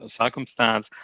circumstance